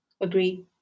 agree